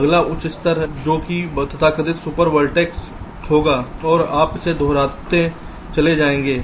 तो अगला उच्च स्तर जो कि तथाकथित सुपर वर्टेक्स होगा और आप इसे दोहराते चले जाएंगे